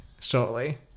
Shortly